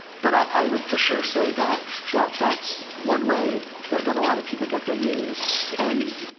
but i would for sure say that, that that's one way that, that a lot of people get their news and,